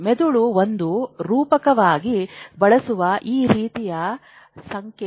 ಮೆದುಳು ಒಂದು ರೂಪಕವಾಗಿ ಬಳಸುವ ಈ ರೀತಿಯ ಸಂಕೇತ